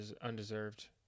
undeserved